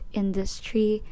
industry